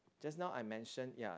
just now I mentioned ya